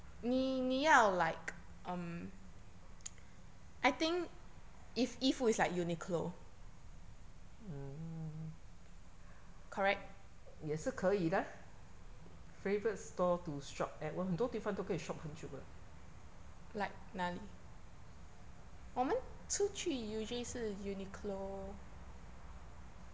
mm 也是可以啦 favourite store to shop at 我很多地方都可以 shop 很久的